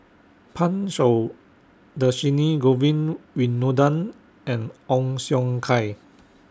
Pan Shou Dhershini Govin Winodan and Ong Siong Kai